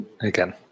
again